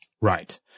Right